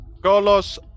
Carlos